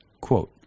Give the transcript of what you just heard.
Quote